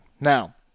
Now